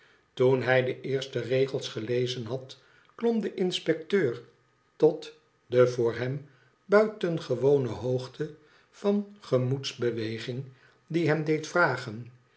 toen hij de eerste regels gelezen had klom de inspecteur tot de voor hem buitengewone hoogte van gemoedsbeweging die hem deed vragen